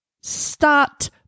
start